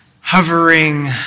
hovering